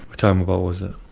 what time about was it?